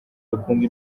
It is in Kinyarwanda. rukumbi